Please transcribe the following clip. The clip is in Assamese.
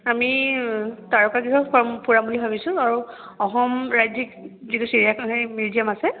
আমি তাৰকাগৃহ ফুৰাম বুলি ভাবিছোঁ আৰু অসম ৰাজ্যিক যিটো মিউজিয়াম আছে